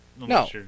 No